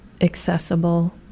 accessible